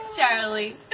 Charlie